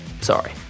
Sorry